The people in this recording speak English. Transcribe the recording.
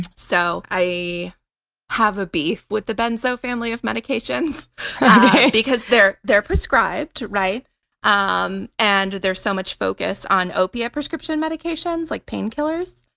so i have a beef with the benzo family of medications because they're they're prescribed, um and there's so much focus on opiate prescription medications, like painkillers,